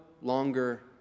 longer